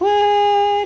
what